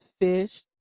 fish